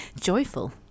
Joyful